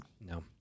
No